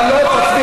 אתה לא תפריע.